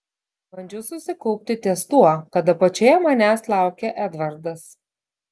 bandžiau susikaupti ties tuo kad apačioje manęs laukė edvardas